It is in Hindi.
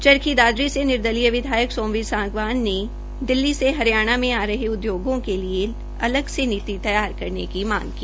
चरखी दादरी से निर्दलीय विधायक सोमवीर सांगवान ने दिल्ली से हरियाणा मे आ रहे उद्योगों के लिए अलग से नीति तैयार करने की मांग की